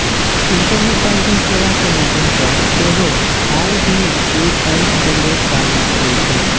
internet banking सेवा के माध्यम सं सेहो आई.बी.ए.एन जेनरेट कैल जा सकै छै